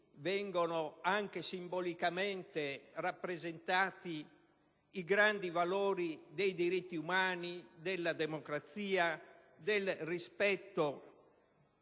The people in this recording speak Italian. vengono anche simbolicamente rappresentati i grandi valori dei diritti umani, della democrazia, del rispetto